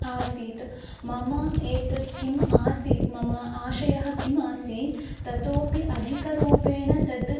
आसीत् मम एतद् किम् आसीत् मम आशयः किम् आसीत् ततोऽपि अधिकं रूपेण तद्